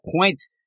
points